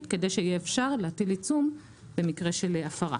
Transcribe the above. כדי שיהיה אפשר להטיל עיצום במקרה של הפרה.